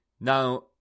Now